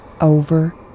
over